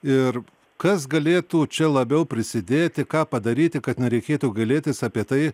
ir kas galėtų čia labiau prisidėti ką padaryti kad nereikėtų gailėtis apie tai